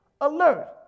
alert